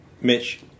Mitch